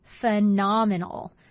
phenomenal